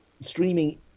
streaming